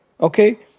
Okay